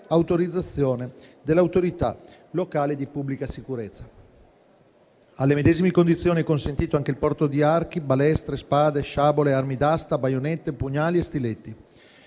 autorizzazione dell'autorità locale di pubblica sicurezza. Alle medesime condizioni è consentito anche il porto di archi, balestre, spade, sciabole, armi d'asta, baionette, pugnali e stiletti.